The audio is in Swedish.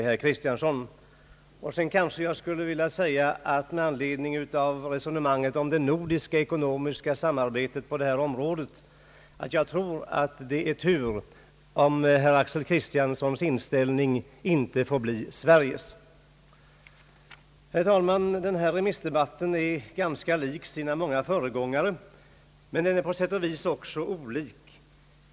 Beträffande resonemanget om det nordiska ekonomiska samarbetet på detta område vill jag säga att det nog är tur att herr Axel Kristianssons inställning inte får bli Sveriges. Herr talman! Den här remissdebatten är ganska lik sina många föregångare, men den är på sätt och vis också olik dem.